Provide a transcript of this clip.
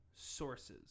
sources